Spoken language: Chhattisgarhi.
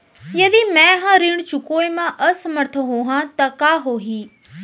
यदि मैं ह ऋण चुकोय म असमर्थ होहा त का होही?